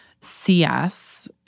CS